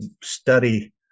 study